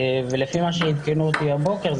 לפי מה שעדכנו אותי הבוקר,